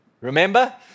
Remember